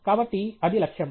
కాబట్టి అది లక్ష్యం